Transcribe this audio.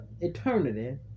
eternity